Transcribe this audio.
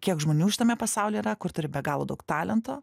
kiek žmonių šitame pasaulyje yra kur turi be galo daug talento